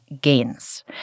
gains